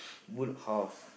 boot house